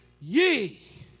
ye